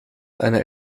einer